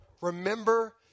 Remember